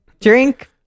drink